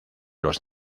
los